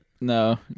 No